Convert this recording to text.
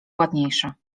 ładniejsze